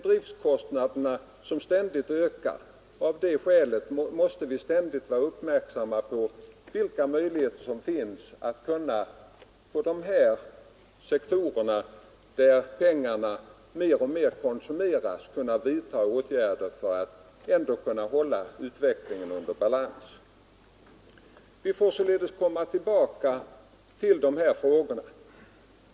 Driftkostnaderna ökar ständigt, och därför måste vi hela tiden vara uppmärksamma på vilka möjligheter som finns att vidta åtgärder för att ändå hålla utvecklingen i balans. Vi får anledning återkomma till dessa frågor.